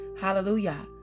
Hallelujah